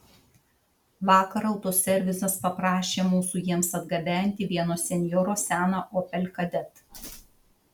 vakar autoservisas paprašė mūsų jiems atgabenti vieno senjoro seną opel kadett